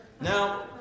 now